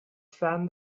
fan